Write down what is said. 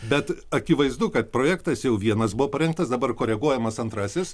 bet akivaizdu kad projektas jau vienas buvo parengtas dabar koreguojamas antrasis